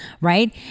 right